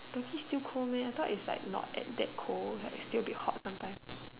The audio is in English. turkey still cold meh I thought it's like not that cold it'll still be hot sometimes